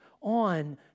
on